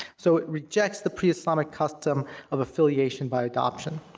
so it rejects the pre-islamic custom of affiliation by adoption.